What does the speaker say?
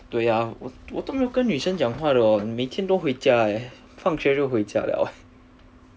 我都没有跟女生讲话的每天都回家呃放学就回家了